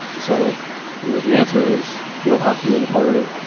so you know the answer is, field hockey was a part of it,